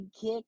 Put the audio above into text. kick